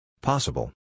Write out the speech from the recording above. Possible